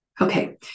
Okay